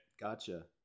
Gotcha